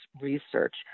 research